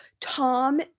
Tom